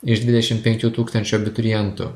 iš dvidešim penkių tūkstančių abiturientų